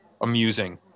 amusing